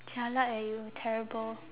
jialat eh you terrible